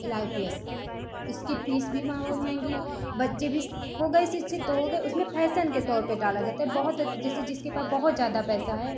L I P S इसकी fees भी बहुत महँगी बच्चे भी हो गए शिक्षित तो हो गए उसमें फैसन के तौर पर डाला जाता है बहुत जैसे जिसके पास बहुत ज़्यादा पैसा है